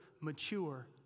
mature